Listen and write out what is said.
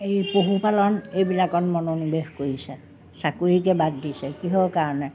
এই পশুপালন এইবিলাকত মনোনিৱেশ কৰিছে চাকৰিকে বাদ দিছে কিহৰ কাৰণে